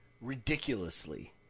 ridiculously